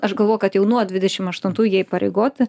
aš galvojau kad jau nuo dvidešim aštuntų jie įpareigoti